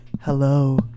Hello